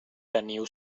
teniu